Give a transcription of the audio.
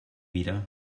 mira